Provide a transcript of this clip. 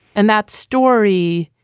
and that story,